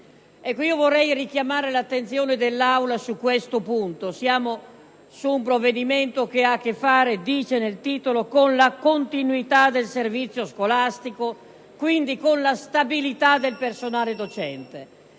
Vorrei richiamare l'attenzione dell'Assemblea su questo punto: siamo su un provvedimento che ha a che fare - lo si dice nel titolo - con la continuità del servizio scolastico, quindi con la stabilità del personale docente.